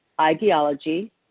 ideology